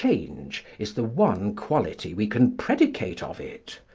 change is the one quality we can predicate of it.